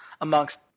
amongst